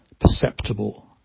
perceptible